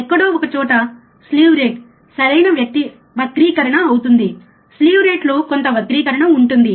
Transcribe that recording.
ఎక్కడో ఒకచోట sleeve rate సరైన వక్రీకరణ అవుతుంది స్లీవ్ రేటులో కొంత వక్రీకరణ ఉంటుంది